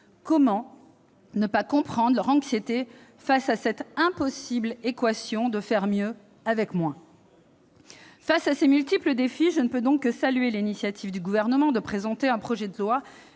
Comment ne pas comprendre leur anxiété face à l'impossible équation de « faire mieux avec moins »? Face à ces multiples défis, je ne peux donc que saluer l'initiative du Gouvernement de présenter un projet de loi